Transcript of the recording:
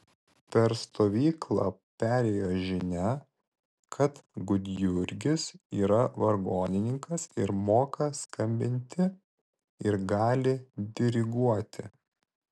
per stovyklą perėjo žinia kad gudjurgis yra vargonininkas ir moka skambinti ir gali diriguoti